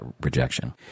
rejection